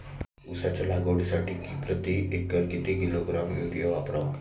उसाच्या लागवडीसाठी प्रति एकर किती किलोग्रॅम युरिया वापरावा?